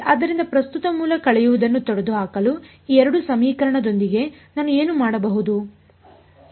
ಆದ್ದರಿಂದ ಪ್ರಸ್ತುತ ಮೂಲ ಕಳೆಯುವುದನ್ನು ತೊಡೆದುಹಾಕಲು ಈ ಎರಡು ಸಮೀಕರಣದೊಂದಿಗೆ ನಾನು ಏನು ಮಾಡಬಹುದು ಸರಿ